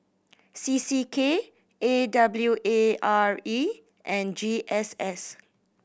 C C K A W A R E and G S S